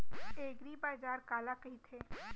एगरीबाजार काला कहिथे?